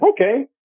Okay